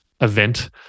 event